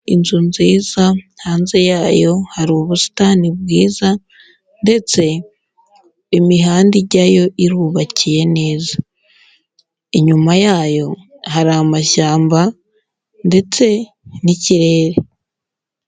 Inzu nziza hanze yayo hari ubusitani bwiza ndetse imihanda ijyayo irubakiye neza, inyuma yayo hari amashyamba ndetse n'ikirere.